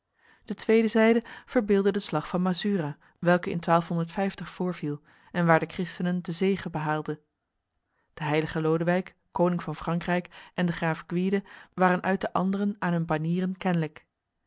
de tweede zijde verbeeldde de slag van massura welke in voorviel en waar de christenen de zege behaalden de heilige lodewyk koning van frankrijk en de graaf gwyde waren uit de anderen aan hun banieren kenlijk